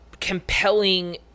compelling